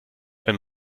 wenn